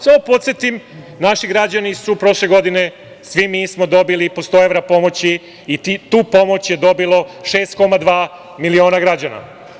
Samo da podsetim, naši građani su prošle godine, svi mi smo dobili po 100 evra pomoći i tu pomoć je dobilo 6,2 miliona građana.